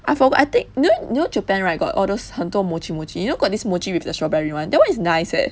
I forgot I think you know you know japan right got all those 很多 mochi mochi you know got this mochi with the strawberry [one] that [one] is nice eh